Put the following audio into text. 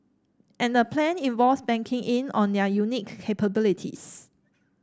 and the plan involves banking in on their unique capabilities